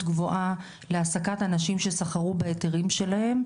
גבוהה להעסקת אנשים שסחרו בהיתרים שלהם,